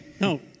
No